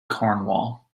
cornwall